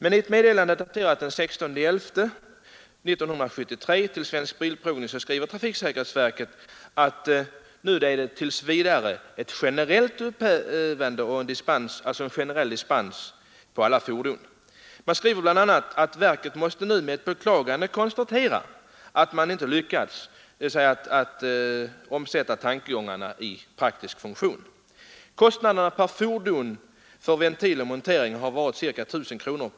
I ett meddelande daterat den 16 november 1973 till Svensk bilprovning lämnar trafiksäkerhetsverket en generell dispens för alla fordon. Man skriver bl.a. att verket nu med ett beklagande måste konstatera att man inte lyckats att omsätta tankegångarna i praktisk funktion. Kostnaderna för ventil och montering har varit ca 1 000 kr.